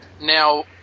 Now